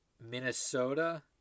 Minnesota